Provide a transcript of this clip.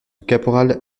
caporal